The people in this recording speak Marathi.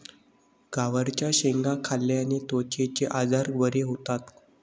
गवारच्या शेंगा खाल्ल्याने त्वचेचे आजार बरे होतात